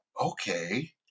Okay